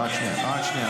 תחייך.